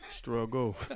Struggle